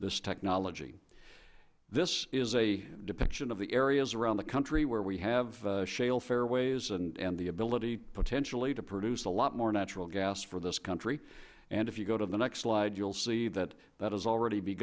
technology this is a depiction of the areas around the country where we have shale fairways and the ability potentially to produce a lot more natural gas for this country and if you go to the next slide you'll see that that has already